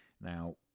Now